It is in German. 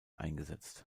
eingesetzt